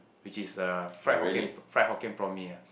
which is a fried Hokkien fried hokkien-prawn-mee ah